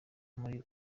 muri